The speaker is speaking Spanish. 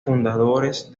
fundadores